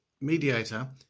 mediator